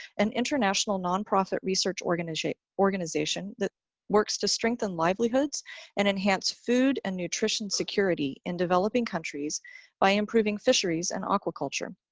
an international non-profit research organization organization that works to strengthen livelihoods and enhance food and nutrition security in developing countries by improving fisheries and aquaculture.